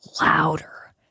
louder